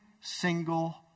single